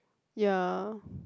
ya